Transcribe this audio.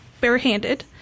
barehanded